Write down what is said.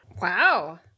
Wow